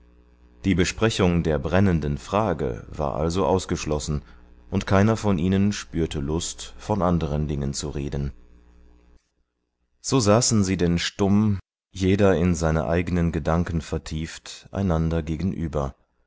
die besprechung der brennenden frage war also ausgeschlossen und keiner von ihnen spürte lust von anderen dingen zu reden so saßen sie denn stumm jeder in seine eigenen gedanken vertieft einander gegenüber